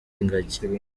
ingagi